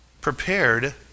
prepared